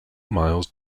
miles